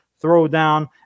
throwdown